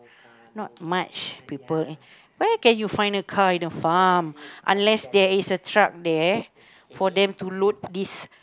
not much people not much people where can you find a car in the farm unless there's a truck there for them to load this